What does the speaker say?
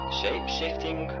shape-shifting